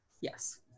yes